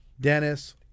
Dennis